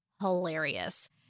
hilarious